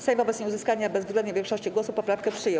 Sejm wobec nieuzyskania bezwzględnej większości głosów poprawkę przyjął.